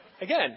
again